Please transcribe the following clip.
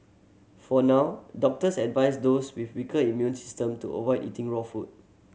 for now doctors advise those with weaker immune system to avoid eating raw food